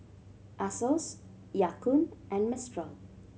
Asos Ya Kun and Mistral